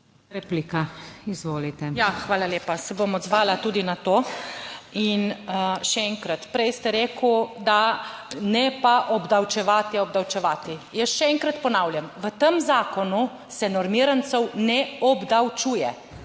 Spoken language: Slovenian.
(PS Svoboda):** Hvala lepa. Se bom odzvala tudi na to. Še enkrat, prej ste rekli, ne obdavčevati, obdavčevati. Jaz še enkrat ponavljam, v tem zakonu se normirancev ne obdavčuje.